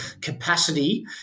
capacity